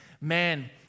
man